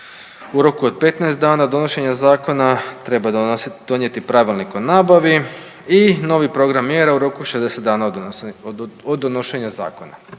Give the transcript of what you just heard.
u roku od 15 dana od donošenja zakona treba donijeti Pravilnik o nabavi i novi program mjera u roku od 60 dana od donošenja zakona.